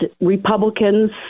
Republicans